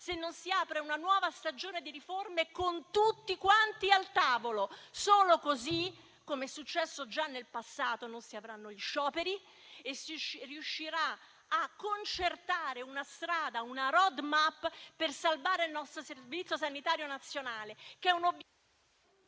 se non si apre una nuova stagione di riforme con tutti quanti al tavolo. Solo così, come è successo già nel passato, non si avranno scioperi e si riuscirà a concertare una strada, una *road map*, per salvare il nostro Servizio sanitario nazionale... *(Il microfono